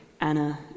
Anna